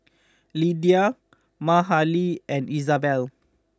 Lidia Mahalie and Izabella